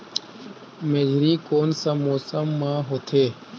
मेझरी कोन सा मौसम मां होथे?